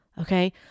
Okay